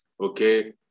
Okay